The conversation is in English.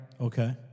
Okay